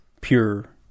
pure